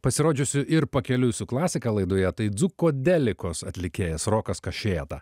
pasirodžiusiu ir pakeliui su klasika laidoje tai dzūkodelikos atlikėjas rokas kašėta